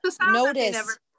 notice